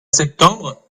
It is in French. septembre